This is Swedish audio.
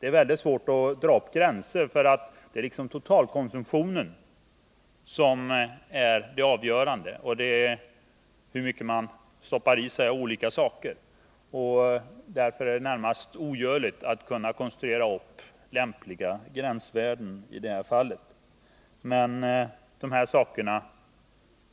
Det är väldigt svårt att dra upp gränser, eftersom totalkonsumtionen är det avgörande, dvs. hur mycket man stoppar i sig av olika saker. Därför är det närmast ogörligt att konstruera lämpliga gränsvärden. Men de här sakerna